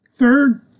Third